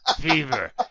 fever